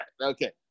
okay